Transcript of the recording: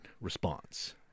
response